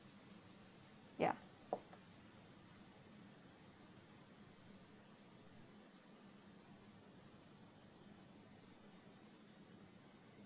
ya